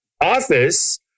office